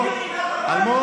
אלמוג,